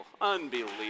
Unbelievable